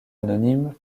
anonymes